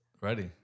ready